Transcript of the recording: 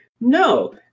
no